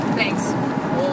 Thanks